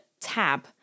tab